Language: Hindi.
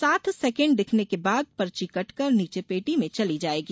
सात सेकेण्ड दिखने के बाद पर्ची कट कर नीचे पेटी में चली जाएगी